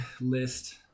list